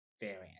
variant